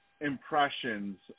impressions